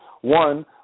one